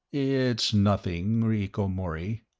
it's nothing, rieko mori.